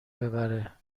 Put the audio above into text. ببره